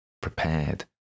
Prepared